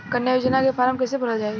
कन्या योजना के फारम् कैसे भरल जाई?